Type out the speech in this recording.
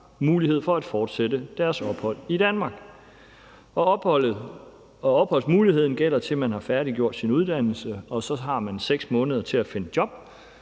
mulighed for at fortsætte deres ophold i Danmark. Og opholdsmuligheden gælder, til man har færdiggjort sin uddannelse, og så har man 6 måneder til at finde job